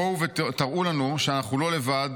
בואו ותראו לנו שאנחנו לא לבד